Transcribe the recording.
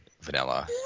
vanilla